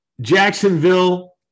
Jacksonville